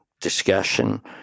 discussion